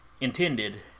intended